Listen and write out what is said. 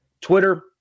Twitter